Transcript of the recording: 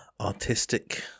artistic